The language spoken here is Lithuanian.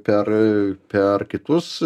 per per kitus